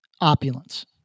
opulence